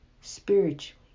spiritually